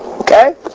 okay